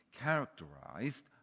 characterized